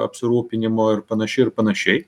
apsirūpinimo ir panašiai ir panašiai